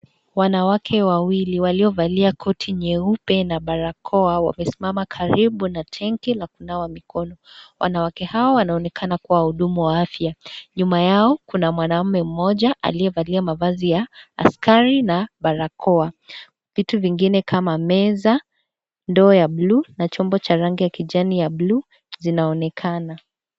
Wanawake wawili waliovalia koti nyeupe na barakoa. Wamesimama karibu na tanki na kunawa mikono. Wanawake hao wanaonekana kuwa wahudumu wa afya. Nyuma yao kuna mwanamume mmoja aliyevalia mavazi ya askari na barakoa. Vitu vingine kama meza, ndoo ya bluu na chombo cha rangi ya kijani ya bluu zinaonekana.